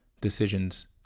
decisions